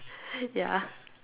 ya